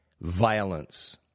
violence